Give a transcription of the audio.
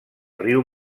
riu